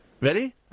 Ready